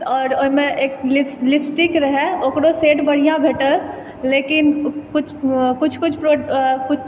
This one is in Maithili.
आओर ओहिमे एक लिपस्टिक रहै ओकरो शेड बढ़िआँ भेटल लेकिन किछु किछु किछु